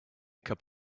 cup